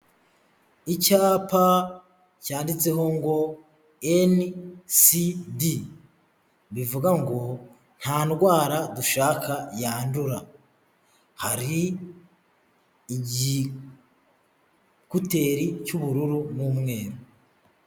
Icyapa cyanditseho ngo NCD bivuga ngo nta ndwara dushaka yandura. Hari igikuteri cy'ubururu n'umweru.